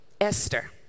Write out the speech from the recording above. Esther